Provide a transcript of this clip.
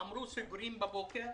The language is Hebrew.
אמרו שסוגרים בבוקר,